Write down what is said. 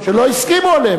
מה היית עושה לי,